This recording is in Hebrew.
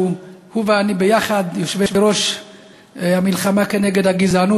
שהוא ואני יחד יושבי-ראש השדולה למלחמה בגזענות.